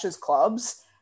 clubs